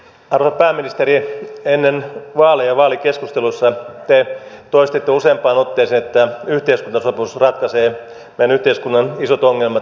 arvon pääministeri ennen vaaleja vaalikeskusteluissa te toistitte useampaan otteeseen että yhteiskuntasopimus ratkaisee meidän yhteiskuntamme isot ongelmat